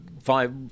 five